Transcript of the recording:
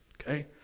okay